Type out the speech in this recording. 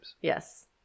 Yes